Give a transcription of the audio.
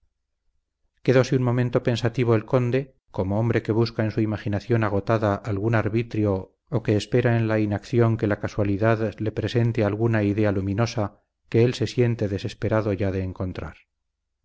quedóse un momento pensativo el conde como hombre que busca en su imaginación agotada algún arbitrio o que espera en la inacción que la casualidad le presente alguna idea luminosa que él se siente desesperado ya de encontrar